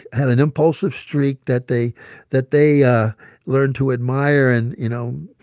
had an impulsive streak that they that they ah learned to admire and, you know,